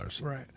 Right